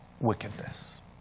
wickedness